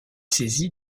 saisie